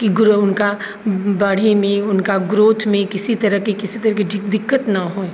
कि ग्रो हुनका बढ़ैमे हुनका ग्रौथमे किसी तरहके किसी तरहके दिक्कत न होइ